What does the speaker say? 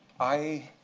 i